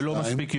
ולא מספיק יודעים.